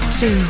Two